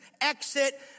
exit